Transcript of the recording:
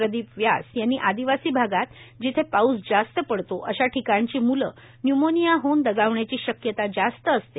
प्रदिप व्यास यांनी आदिवासी भागात जिथे पाऊस जास्त पडतो अशा ठिकाणची मुले न्यूमोनिया होऊन दगावण्याची शक्यता जास्त असते